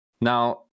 Now